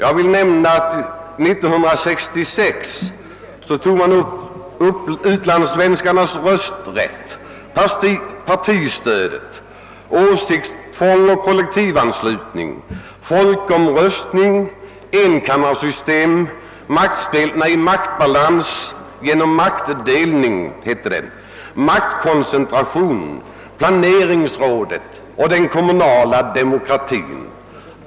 År 1966 tog man upp »utlandssvenskarnas rösträtt; partistö tem; maktbalans genom maktdelning; maktkoncentration; planeringsområdet; den kommunala demokratin».